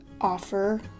offer